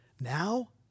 Now